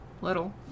little